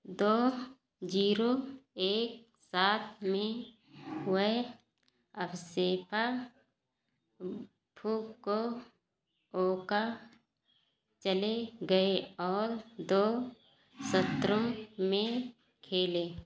दो जीरो एक सात में वे अवसेपा फुकोओका चले गए और दो सत्रों में खेले